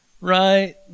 right